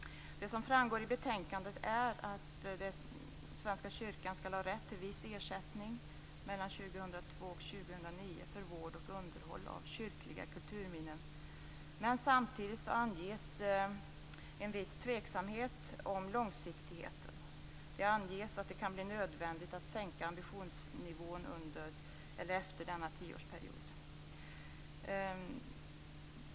Det som framgår i betänkandet är att Svenska kyrkan skall ha rätt till viss ersättning mellan 2002 och 2009 för vård och underhåll av kyrkliga kulturminnen. Men samtidigt anges en viss tveksamhet om långsiktigheten. Det anges att det kan bli nödvändigt att sänka ambitionsnivån efter denna tioårsperiod.